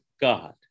God